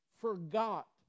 forgot